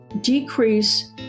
decrease